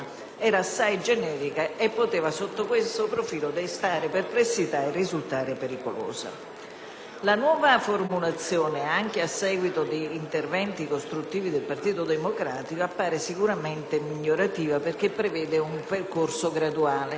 era assai generica e poteva, sotto questo profilo, destare perplessità e risultare pericolosa. La nuova formulazione, anche a seguito di interventi costruttivi del Partito Democratico, appare sicuramente migliorativa, perché prevede un percorso graduale.